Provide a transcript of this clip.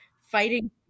fighting